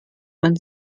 man